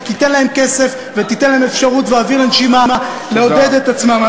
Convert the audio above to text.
שתיתן להם כסף ותיתן להם אפשרות ואוויר לנשימה לעודד את עצמם.